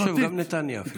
אפילו נתניה.